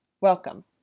Welcome